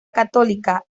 católica